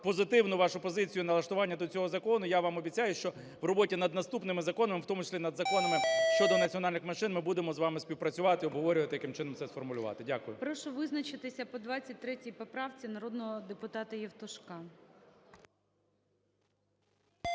позитивну вашу позицію і налаштування до цього закону, я вам обіцяю, що в роботі над наступними законами, в тому числі над законом щодо національних меншин, ми будемо з вами співпрацювати, обговорювати, яким чином це сформулювати. Дякую. ГОЛОВУЮЧИЙ. Прошу визначитися по 23 поправці народного депутатаЄвтушка.